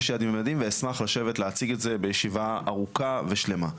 יש יעדים ומדדים ואשמח לשבת להציג את זה בישיבה ארוכה ושלמה.